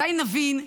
מתי נבין שאולי,